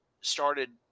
started